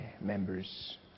members